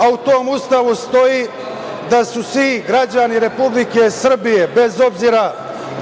a u tom Ustavu stoji da su svi građani Republike Srbije, bez obzira